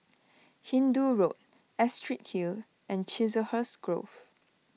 Hindoo Road Astrid Hill and Chiselhurst Grove